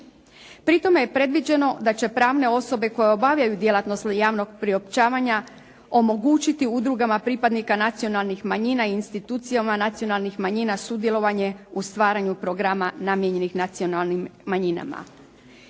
Pri tome je predviđeno da će pravne osobe koje obavljaju djelatnost javnog priopćavanja omogućiti udrugama pripadnika nacionalnih manjina i institucijama nacionalnih manjina sudjelovanje u stvaranju programa namijenjenih nacionalnim manjinama.